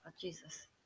Jesus